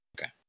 Okay